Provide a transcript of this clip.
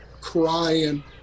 crying